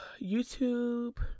YouTube